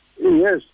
Yes